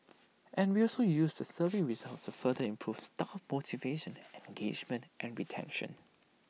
and we also use the survey results to further improve staff motivation engagement and retention